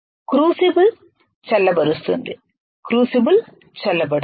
crucible చల్లబరుస్తుంది crucible చల్లబడుతుంది